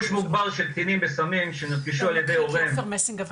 הוא מקריא כי עופר מסינג עבר תאונה.